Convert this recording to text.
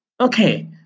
Okay